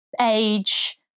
age